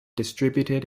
distributed